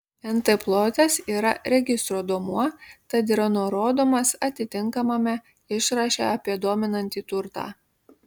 nt plotas yra registro duomuo tad yra nurodomas atitinkamame išraše apie dominantį turtą